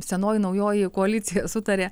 senoji naujoji koalicija sutarė